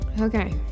okay